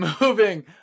moving